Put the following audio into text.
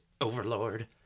Overlord